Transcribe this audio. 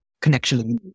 connection